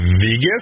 Vegas